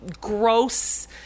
gross